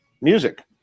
music